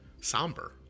somber